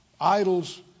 idols